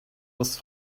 was